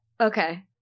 Okay